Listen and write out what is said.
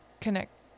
connect